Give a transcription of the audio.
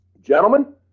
Gentlemen